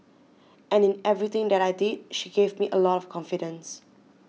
and in everything that I did she gave me a lot of confidence